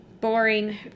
boring